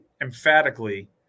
emphatically